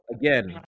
again